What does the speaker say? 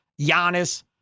Giannis